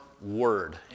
word